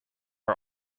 are